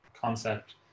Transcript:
concept